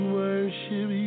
worship